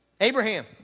Abraham